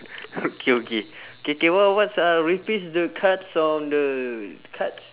okay okay K K what what what's uh replace the cards on the cards